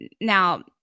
now